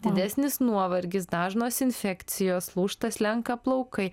didesnis nuovargis dažnos infekcijos lūžta slenka plaukai